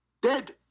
Dead